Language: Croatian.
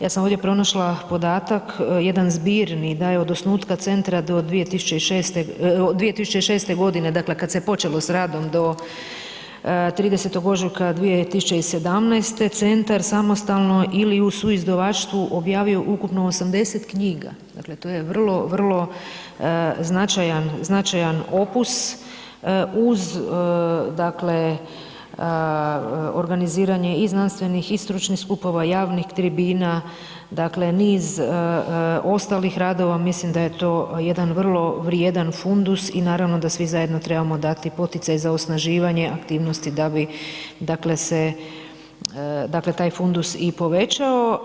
Ja sam ovdje pronašla podatak, jedan zbirni da je od osnutka centra do 2006., od 2006. godine dakle kada se počelo sa radom do 30. ožujka 2017. centar samostalno ili u suizdavaštvu objavio ukupno 80 knjiga, dakle to je vrlo, vrlo značajan opus uz dakle organiziranje i znanstvenih i stručnih skupova i javnih tribina, dakle niz ostalih radova, mislim da je to jedan vrlo vrijedan fundus i naravno da svi zajedno trebamo dati poticaj za osnaživanje aktivnosti da bi dakle se, dakle taj fundus i povećao.